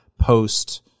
post